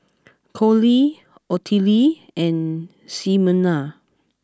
Collie Ottilie and Ximena